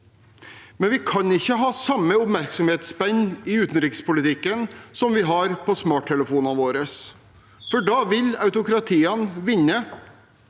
Men vi kan ikke ha samme oppmerksomhetsspenn i utenrikspolitikken som vi har på smarttelefonene våre, for da vil autokratiene vinne.